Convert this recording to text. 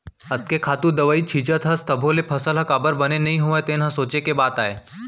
अतेक खातू दवई छींचत हस तभो ले फसल ह काबर बने नइ होवत हे तेन ह सोंचे के बात आय